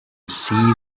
see